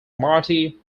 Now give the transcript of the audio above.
marty